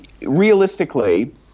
realistically